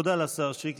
תודה לשר שיקלי.